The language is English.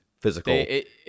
Physical